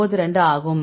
92 ஆகும்